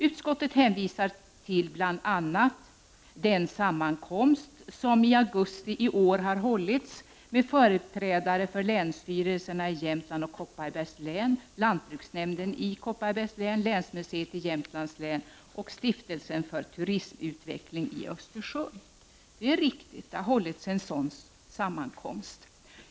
Utskottet hänvisar till bl.a. den sammankomst som i augusti i år har hållits med företrädare för länsstyrelserna i Jämtlands och Kopparbergs län, lantbruksnämnden i Kopparbergs län, länsmuseet i Jämtlands län och Stiftelsen Turismutveckling i Östersund. Det är riktigt att en sådan sammankomst har hållits.